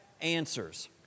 answers